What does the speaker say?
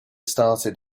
started